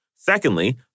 Secondly